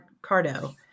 cardo